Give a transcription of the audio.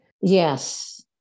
Yes